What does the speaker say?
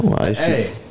Hey